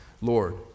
Lord